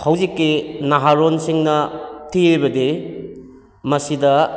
ꯍꯧꯖꯤꯛꯀꯤ ꯅꯍꯥꯔꯣꯟꯁꯤꯡꯅ ꯊꯤꯔꯤꯕꯗꯤ ꯃꯁꯤꯗ